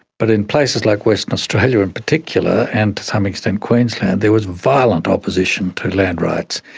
but in places like western australia in particular and to some extent queensland, there was violent opposition to land rights.